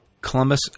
Columbus